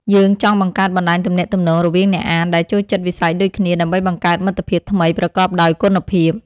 យើងចង់បង្កើតបណ្ដាញទំនាក់ទំនងរវាងអ្នកអានដែលចូលចិត្តវិស័យដូចគ្នា ដើម្បីបង្កើតមិត្តភាពថ្មីប្រកបដោយគុណភាព។